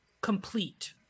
complete